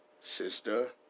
sister